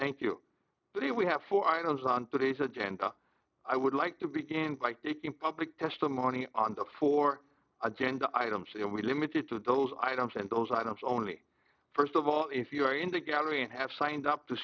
thank you but we have four items on today's agenda i would like to begin by making public testimony on the four agenda items and we limited to those items and those items only first of all if you are in the gallery and have signed up to